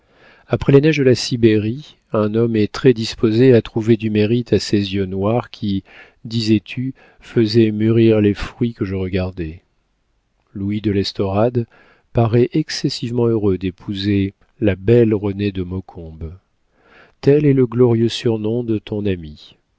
après les neiges de la sibérie un homme est très disposé à trouver du mérite à ces yeux noirs qui disais-tu faisaient mûrir les fruits que je regardais louis de l'estorade paraît excessivement heureux d'épouser la belle renée de maucombe tel est le glorieux surnom de ton amie